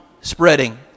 spreading